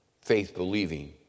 faith-believing